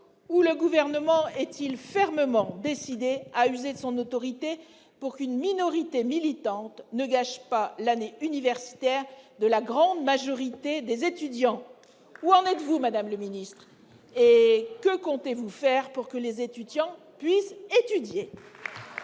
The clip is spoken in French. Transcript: le Gouvernement est-il fermement décidé à user de son autorité pour qu'une minorité militante ne gâche pas l'année universitaire de la grande majorité des étudiants ? Où en êtes-vous, madame la ministre, et que comptez-vous faire pour que les étudiants puissent étudier ?